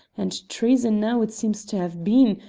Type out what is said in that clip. and treason now it seems to have been,